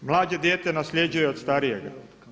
Mlađe dijete nasljeđuje od starijega.